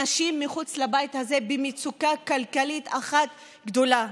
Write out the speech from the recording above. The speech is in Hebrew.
אנשים מחוץ לבית הזה במצוקה כלכלית אחת גדולה.